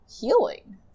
healing